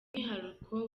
umwihariko